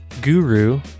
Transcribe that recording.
guru